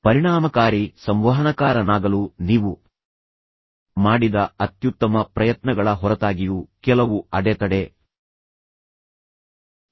ಪರಿಣಾಮಕಾರಿ ಸಂವಹನಕಾರನಾಗಲು ನೀವು ಮಾಡಿದ ಅತ್ಯುತ್ತಮ ಪ್ರಯತ್ನಗಳ ಹೊರತಾಗಿಯೂ ಕೆಲವು ಅಡೆತಡೆ ಇರುತ್ತವೆ